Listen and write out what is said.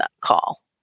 call